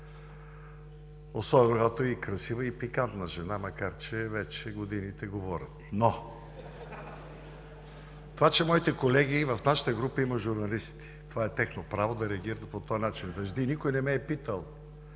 Особено, когато е красива и пикантна жена, макар че вече годините говорят. Но, това че моите колеги – в нашата група има и журналисти. Тяхно право е да реагират по този начин. Вежди, никой не ме е питал.